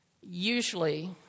Usually